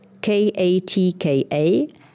katka